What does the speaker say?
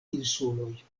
insuloj